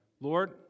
Lord